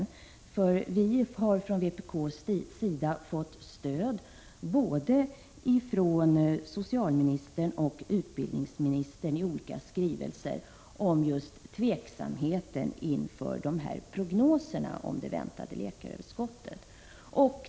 Vi inom vpk har fått stöd i olika skrivelser från både socialministern och utbildningsministern, där man uttalar tveksamhet inför prognoserna om ett väntat läkaröverskott.